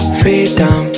freedom